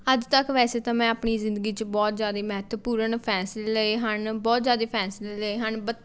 ਅੱਜ ਤੱਕ ਵੈਸੇ ਤਾਂ ਮੈਂ ਆਪਣੀ ਜ਼ਿੰਦਗੀ 'ਚ ਬਹੁਤ ਜ਼ਿਆਦਾ ਮਹੱਤਵਪੂਰਨ ਫੈਸਲੇ ਲਏ ਹਨ ਬਹੁਤ ਜ਼ਿਆਦਾ ਫੈਸਲੇ ਲਏ ਹਨ ਬਤ